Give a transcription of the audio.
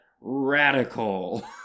radical